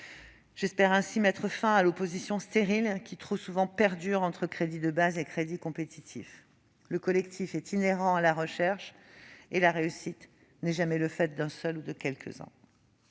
J'espère ainsi mettre fin à l'opposition stérile qui, trop souvent, perdure entre crédits de bases et crédits compétitifs. Le collectif est inhérent à la recherche, et la réussite n'est jamais le fait d'un seul ou de quelques-uns.